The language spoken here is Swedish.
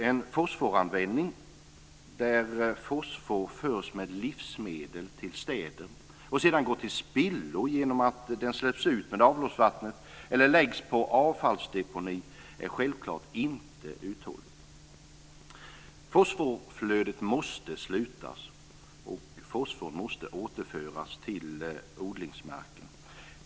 En fosforanvändning där fosfor förs med livsmedel till städer och sedan går till spillo genom att det släpps ut med avloppsvattnet eller läggs på avfallsdeponi är självklart inte uthållig. Fosforflödet måste slutas, och fosforn måste återföras till odlingsmarken.